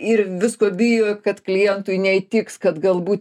ir visko bijo kad klientui neįtiks kad galbūt